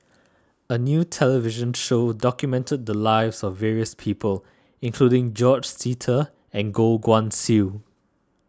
a new television show documented the lives of various people including George Sita and Goh Guan Siew